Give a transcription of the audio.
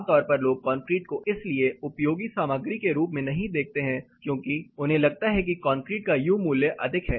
आमतौर पर लोग कंक्रीट को इसलिए उपयोगी सामग्री के रूप में नहीं देखते हैं क्योंकि उन्हें लगता है कि कंक्रीट का U मूल्य अधिक है